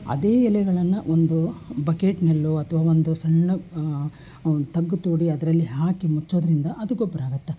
ಅದೇ ಎಲೆಗಳನ್ನು ಒಂದು ಬಕೆಟ್ನಲ್ಲೋ ಅಥವಾ ಒಂದು ಸಣ್ಣ ಒಂದು ತಗ್ಗು ತೋಡಿ ಅದರಲ್ಲಿ ಹಾಕಿ ಮುಚ್ಚೋದರಿಂದ ಅದು ಗೊಬ್ಬರ ಆಗುತ್ತೆ